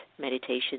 Meditation